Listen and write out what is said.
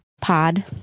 Pod